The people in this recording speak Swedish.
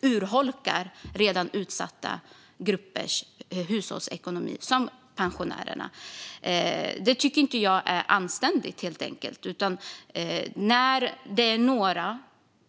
urholkar redan utsatta gruppers hushållsekonomi, till exempel pensionärers? Det är inte anständigt.